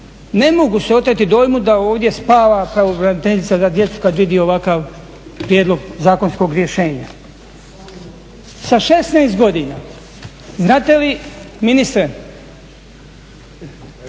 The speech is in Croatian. na mogu se oteti dojmu da ovdje spava kao pravobraniteljica za djecu kada vidi ovakav prijedlog zakonskog rješenja. Sa 16 godina, znate li ministre,